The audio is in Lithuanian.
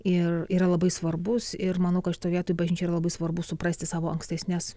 ir yra labai svarbus ir manau kad šitoj vietoj bažnyčia labai svarbu suprasti savo ankstesnes